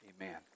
Amen